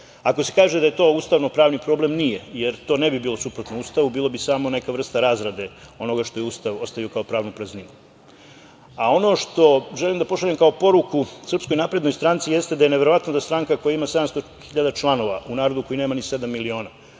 Ako se kaže da je to ustavnopravni problem – nije, jer to ne bi bilo suprotno Ustavu, bilo bi samo neka vrsta razrade onoga što je Ustav ostavio kao pravnu prazninu.A ono što želim da pošaljem kao poruku SNS jeste da je neverovatno da stranka koja ima 700.000 članova, u narodu koji nema ni sedam miliona,